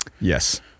Yes